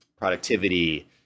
productivity